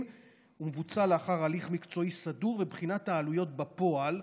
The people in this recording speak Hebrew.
ומבוצע לאחר הליך מקצועי סדור ובחינת העלויות בפועל,